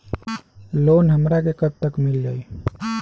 Loan हमरा के कब तक मिल जाई?